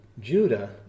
Judah